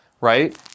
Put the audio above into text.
right